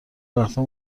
وقتها